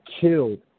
killed